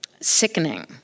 sickening